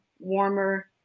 warmer